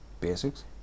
Basics